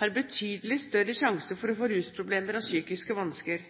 har betydelig større risiko for å få rusproblemer og psykiske vansker.